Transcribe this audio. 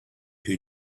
who